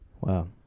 Wow